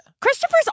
Christopher's